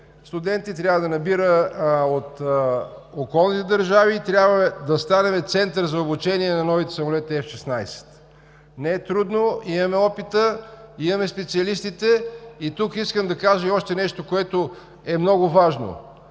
студенти от околните държави, трябва да станем център за обучение на новите самолети F-16. Не е трудно – имаме опита, имаме специалистите. Тук искам да кажа и още нещо, което е много важно: